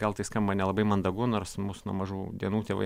gal tai skamba nelabai mandagu nors mus nuo mažų dienų tėvai